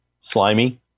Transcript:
Slimy